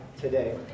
today